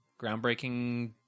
Groundbreaking